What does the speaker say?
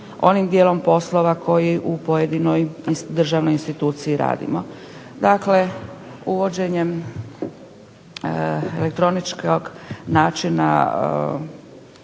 onim dijelom poslova koji u pojedinoj državnoj instituciji radimo. Dakle, uvođenjem elektroničkog načina